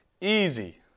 Easy